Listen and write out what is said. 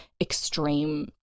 extreme